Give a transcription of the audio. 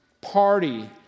party